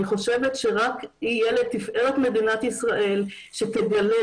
חושבת שרק יהיה לתפארת מדינת ישראל שתגלה,